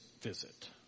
visit